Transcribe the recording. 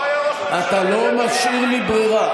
לא היה ראש ממשלה כזה, אתה לא משאיר לי ברירה.